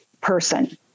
person